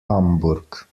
hamburg